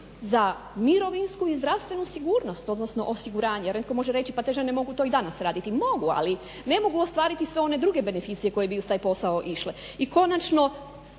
za mirovinsku i zdravstvenu sigurnost odnosno osiguranje. Netko može reći pa te žene mogu to i danas raditi, mogu ali ne mogu ostvariti one druge beneficije koje bi uz taj posao išle i konačno